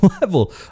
level